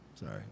sorry